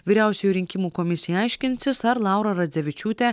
vyriausioji rinkimų komisija aiškinsis ar laura radzevičiūtė